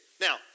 Now